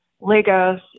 Lagos